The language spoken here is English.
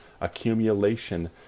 accumulation